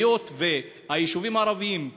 היות שהיישובים הערביים,